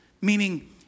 Meaning